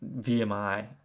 VMI